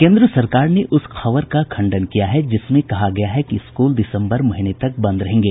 केन्द्र सरकार ने उस खबर का खंडन किया है कि जिसमें कहा गया है कि स्कूल दिसम्बर महीने तक बंद रहेंगे